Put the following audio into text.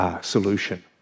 solution